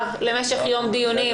למשך יום דיונים.